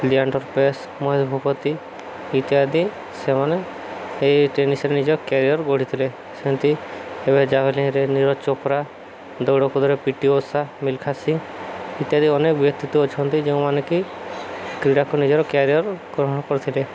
Leander Paes Mahesh Bhupathi ଇତ୍ୟାଦି ସେମାନେ ଏହି ଟେନିସରେ ନିଜ କ୍ୟାରିଅର ଗଢ଼ିଥିଲେ ସେମିତି ଏବେ ଜାଭେଲିନରେ ନୀରଜ ଚୋପ୍ରା ଦୌଡ଼ପଦରେ ପିଟି ଓଷା ମିଲଖା ସିଂ ଇତ୍ୟାଦି ଅନେକ ବ୍ୟକ୍ତିତ୍ୱ ଅଛନ୍ତି ଯେଉଁମାନେ କି କ୍ରୀଡ଼ାକୁ ନିଜର କ୍ୟାରିଅର ଗ୍ରହଣ କରିଥିଲେ